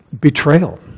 betrayal